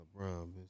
LeBron